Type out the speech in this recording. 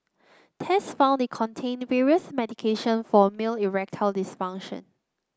tests found they contained various medication for male erectile dysfunction